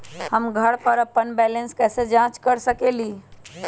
हम घर पर अपन बैलेंस कैसे जाँच कर सकेली?